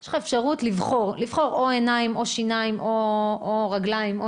יש לו אפשרות לבחור עיניים, שיניים, אורתופדיה.